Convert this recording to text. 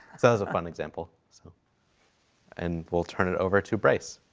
that was a fun example. so and we'll turn it over to bryce.